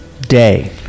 Day